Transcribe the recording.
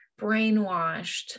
brainwashed